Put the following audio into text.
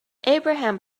abraham